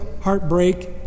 heartbreak